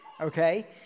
okay